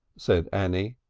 said annie.